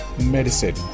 medicine